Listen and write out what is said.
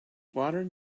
modern